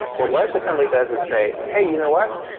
what webassembly does is say, hey, you know what?